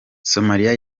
somalia